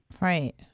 Right